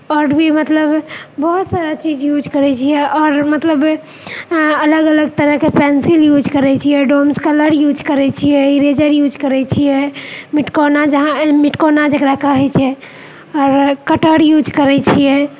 आओर भी मतलब बहुत सारा चीज यूज करैत छिए आओर मतलब अलग अलग तरहकेँ पेन्सिल यूज करैत छिऐ डोम्स कलर यूज करैत छिऐ इरेजर यूज करैत छिए मिटकौना जहाँ मिटोकौना जेकरा कहैछै आओर कटर यूज करैत छिऐ